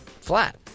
flat